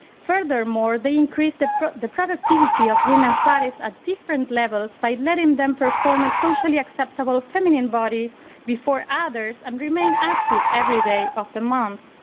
furthermore, they increased the the productivity of women's bodies at ah different levels by letting them perform a socially acceptable feminine body before others and remain active every day of the month.